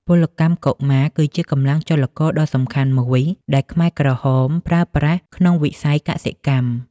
ពលកម្មកុមារគឺជាកម្លាំងចលករដ៏សំខាន់មួយដែលខ្មែរក្រហមប្រើប្រាស់ក្នុងវិស័យកសិកម្ម។